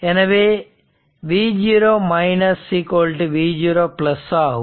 எனவே v0 v0 ஆகும்